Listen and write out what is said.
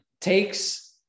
takes